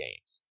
games